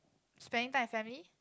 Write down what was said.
spending time with family